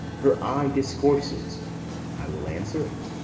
her eye discourses i will answer it.